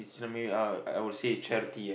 so maybe uh I will say charity ah